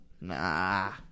Nah